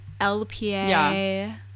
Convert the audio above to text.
lpa